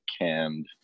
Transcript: canned